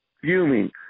fuming